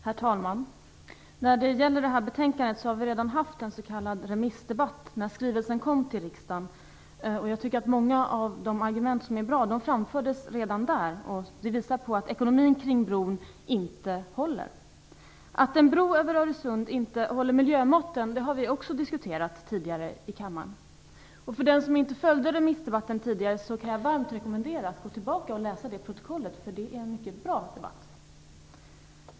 Herr talman! När det gäller det här betänkandet har vi redan haft en s.k. remissdebatt, nämligen när skrivelsen kom till riksdagen. Många bra argument framfördes redan då, och de visar att ekonomin kring bron inte håller. Att en bro över Öresund inte håller miljömåtten har vi också diskuterat tidigare i kammaren. Den som inte följde remissdebatten kan jag varmt rekommendera att gå tillbaka och läsa det protokollet - det var en mycket bra debatt.